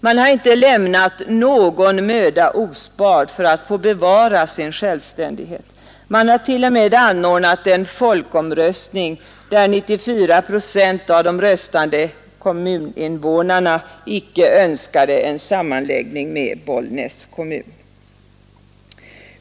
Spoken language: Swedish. Man har inte lämnat någon möda ospard för att få bevara sin självständighet. Man har t.o.m. anordnat en folkomröstning, där 94 procent av de röstande kommuninvånarna icke önskade en sammanläggning med Bollnäs kommun.